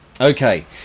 okay